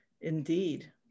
Indeed